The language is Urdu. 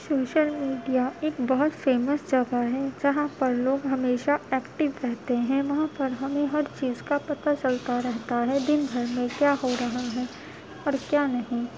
شوشل میڈیا ایک بہت فیمس جگہ ہے جہاں پر لوگ ہمیشہ ایکٹو رہتے ہیں وہاں پر ہمیں ہر چیز کا پتا چلتا رہتا ہے دن بھر میں کیا ہو رہا ہے اور کیا نہیں